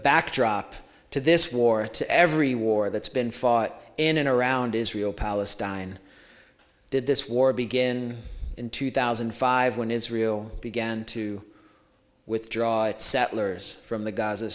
backdrop to this war to every war that's been fought in and around israel palestine did this war begin in two thousand and five when israel began to withdraw its settlers from the gaza